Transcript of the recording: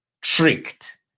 tricked